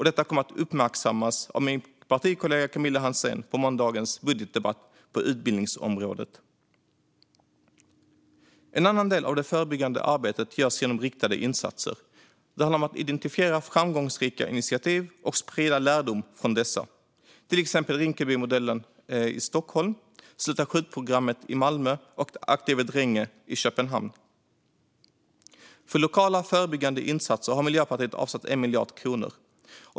Detta kommer att uppmärksammas av min partikollega Camilla Hansén under måndagens budgetdebatt om utbildningsområdet. En annan del av det förebyggande arbetet görs genom riktade insatser. Det handlar om att identifiera framgångsrika initiativ och sprida lärdomar från dessa. Några exempel är Rinkebymodellen i Stockholm, Sluta skjut-programmet i Malmö eller De Aktive Drenge i Köpenhamn. För lokala förebyggande insatser har Miljöpartiet avsatt 1 miljard kronor.